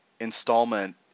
installment